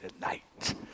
tonight